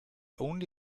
only